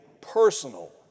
personal